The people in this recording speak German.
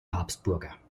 habsburger